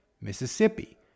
Mississippi